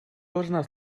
должна